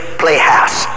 playhouse